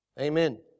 Amen